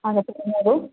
അതെ പറഞ്ഞോളൂ